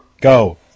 Go